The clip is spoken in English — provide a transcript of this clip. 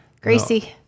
Gracie